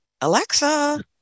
Alexa